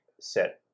set